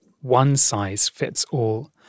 one-size-fits-all